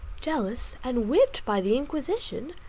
jealous and whipped by the inquisition,